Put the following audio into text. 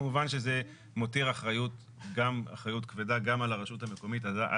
כמובן שזה מותיר אחריות כבדה גם על רשות הרישוי,